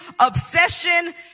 obsession